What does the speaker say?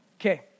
Okay